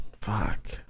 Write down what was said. fuck